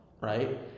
right